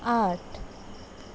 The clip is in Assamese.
আঠ